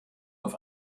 auf